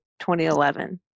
2011